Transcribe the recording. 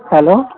hello